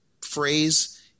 phrase